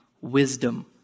Wisdom